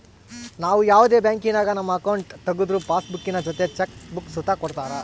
ನಾವು ಯಾವುದೇ ಬ್ಯಾಂಕಿನಾಗ ನಮ್ಮ ಅಕೌಂಟ್ ತಗುದ್ರು ಪಾಸ್ಬುಕ್ಕಿನ ಜೊತೆ ಚೆಕ್ ಬುಕ್ಕ ಸುತ ಕೊಡ್ತರ